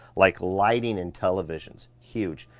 like lighting and televisions. huge.